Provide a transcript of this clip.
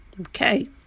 Okay